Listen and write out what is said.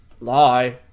Lie